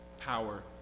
power